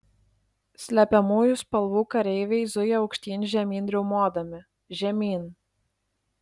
slepiamųjų spalvų kareiviai zuja aukštyn žemyn riaumodami žemyn